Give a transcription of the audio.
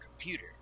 computer